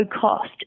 cost